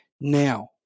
Now